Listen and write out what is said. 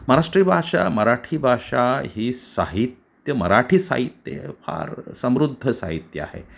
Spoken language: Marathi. मराठी भाषा मराठी भाषा ही साहित्य मराठी साहित्य फार समृद्ध साहित्य आहे